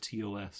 TOS